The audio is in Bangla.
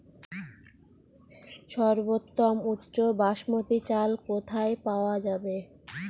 সর্বোওম উচ্চ বাসমতী চাল কোথায় পওয়া যাবে?